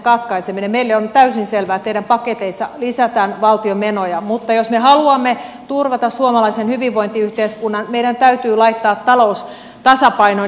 meille on täysin selvää että teidän paketeissanne lisätään valtion menoja mutta jos me haluamme turvata suomalaisen hyvinvointiyhteiskunnan meidän täytyy laittaa talous tasapainoon